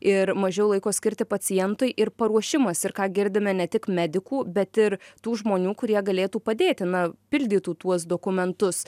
ir mažiau laiko skirti pacientui ir paruošimas ir ką girdime ne tik medikų bet ir tų žmonių kurie galėtų padėti na pildytų tuos dokumentus